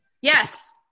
Yes